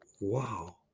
Wow